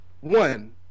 One